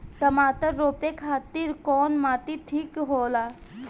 टमाटर रोपे खातीर कउन माटी ठीक होला?